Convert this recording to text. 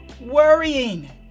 worrying